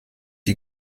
die